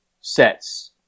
sets